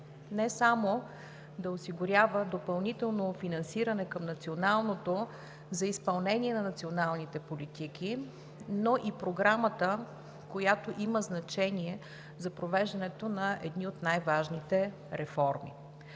не само да осигурява допълнително финансиране към националното за изпълнение на националните политики, но и Програмата, която има значение за провеждането на една от най-важните реформи